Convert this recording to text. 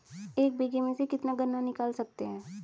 एक बीघे में से कितना गन्ना निकाल सकते हैं?